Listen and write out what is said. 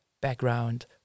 background